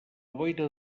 boira